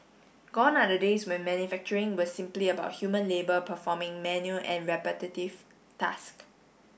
gone are the days when manufacturing was simply about human labour performing manual and repetitive task